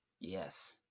Yes